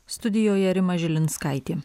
studijoje rima žilinskaitė